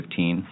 2015